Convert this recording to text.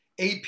AP